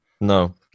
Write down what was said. No